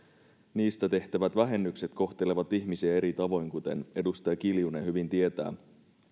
niistä tehtävät vähennykset kohtelevat ihmisiä eri tavoin kuten edustaja kiljunen hyvin tietää